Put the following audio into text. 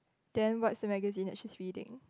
then what's the magazine that she's reading